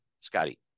scotty